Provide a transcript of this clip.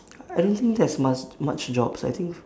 I don't think there's must much jobs I think